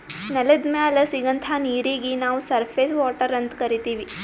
ನೆಲದ್ ಮ್ಯಾಲ್ ಸಿಗಂಥಾ ನೀರೀಗಿ ನಾವ್ ಸರ್ಫೇಸ್ ವಾಟರ್ ಅಂತ್ ಕರೀತೀವಿ